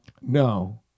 No